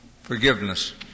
forgiveness